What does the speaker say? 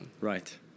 Right